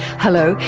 hello,